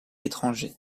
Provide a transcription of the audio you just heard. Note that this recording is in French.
étrangers